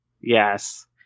Yes